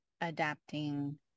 adapting